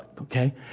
Okay